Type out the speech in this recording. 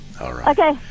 Okay